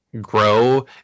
grow